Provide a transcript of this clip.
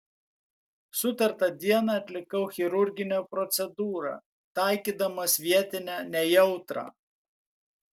sutartą dieną atlikau chirurginę procedūrą taikydamas vietinę nejautrą